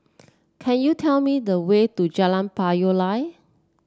can you tell me the way to Jalan Payoh Lai